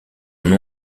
nom